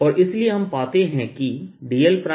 और इसलिए हम पाते हैं कि dlr r